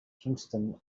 kingston